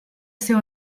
seu